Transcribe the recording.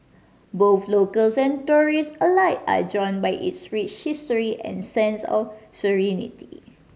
both locals and tourists alike are drawn by its rich history and sense of serenity